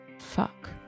fuck